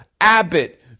Abbott